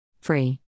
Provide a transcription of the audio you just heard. Free